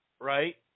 right